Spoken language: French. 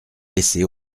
laissé